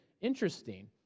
interesting